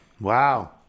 Wow